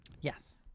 Yes